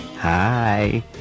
Hi